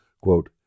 Quote